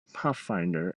pathfinder